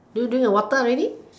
did you drink your water already